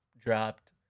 dropped